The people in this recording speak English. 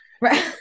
Right